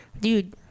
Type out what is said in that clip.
dude